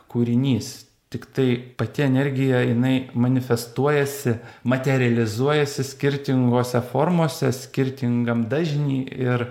kūrinys tiktai pati energija jinai manifestuojasi materializuojasi skirtingose formose skirtingam dažny ir